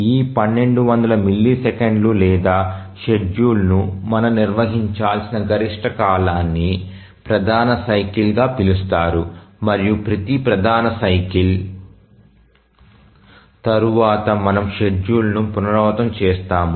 ఈ 1200 మిల్లీసెకన్లు లేదా షెడ్యూల్ను మనం నిర్వహించాల్సిన గరిష్ట కాలాన్ని ప్రధాన సైకిల్గా పిలుస్తారు మరియు ప్రతి ప్రధాన సైకిల్ తరువాత మనము షెడ్యూల్ను పునరావృతం చేస్తాము